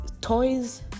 toys